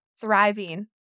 Thriving